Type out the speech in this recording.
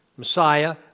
Messiah